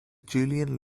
julian